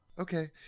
okay